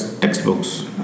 textbooks